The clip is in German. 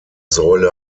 säule